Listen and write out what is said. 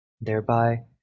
thereby